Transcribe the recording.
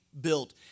built